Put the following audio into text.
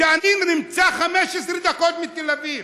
ואני נמצא 15 דקות מתל אביב,